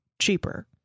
cheaper